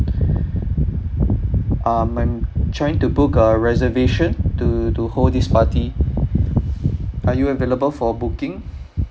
um I'm trying to book a reservation to to hold this party are you available for booking